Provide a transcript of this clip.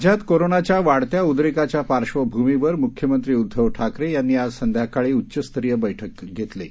राज्यात कोरोनाच्या वाढत्या उद्रेकाच्या पार्श्वभूमीवर मुख्यमंत्री उद्धव ठाकरे यांनी आज संध्याकाळी उच्चस्तरीय बैठक बोलावली आहे